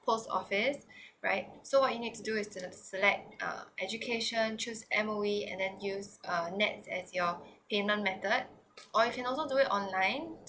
post office right so what you need to do is to select uh education choose M_O_E and then use uh net as your payment method or you can also do it online